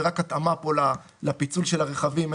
זה רק התאמה לפיצול הרכבים.